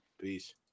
Peace